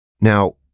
Now